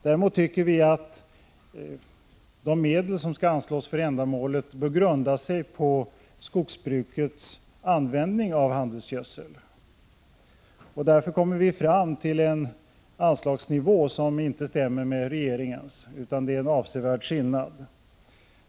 Däremot tycker vi att de medel som skall anslås för ändamålet bör grunda sig på skogsbrukets användning av handelsgödsel. Därför kommer vi fram till en anslagsnivå som inte stämmer med regeringens, utan det är en avsevärd skillnad.